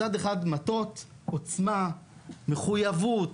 מצד אחד מטות עוצמה, מחויבות,